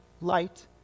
light